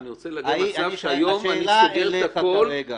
אני רוצה להגיע למצב שהיום אני סוגר את הכל,